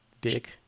Dick